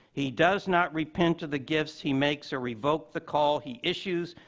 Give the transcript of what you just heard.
he does not repent to the gifts he makes or revoke the call he issues.